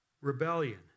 rebellion